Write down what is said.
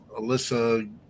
Alyssa